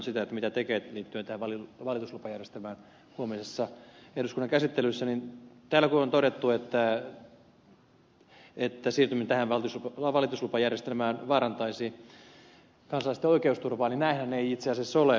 virtanen mitä tekevät huomisessa eduskunnan käsittelyssä liittyen tähän valituslupajärjestelmään niin täällä kun on todettu että siirtyminen tähän valituslupajärjestelmään vaarantaisi kansalaisten oikeusturvaa niin näinhän ei itse asiassa asian laita ole